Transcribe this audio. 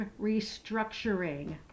restructuring